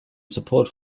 support